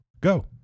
Go